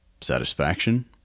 satisfaction